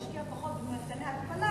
נשקיע פחות במתקני התפלה,